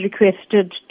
requested